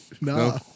No